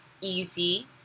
easy